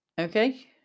Okay